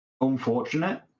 unfortunate